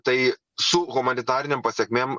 tai su humanitarinėm pasekmėm